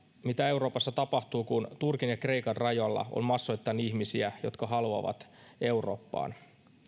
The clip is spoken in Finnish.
mitä euroopassa tapahtuu tällä hetkellä kun turkin ja kreikan rajalla on massoittain ihmisiä jotka haluavat eurooppaan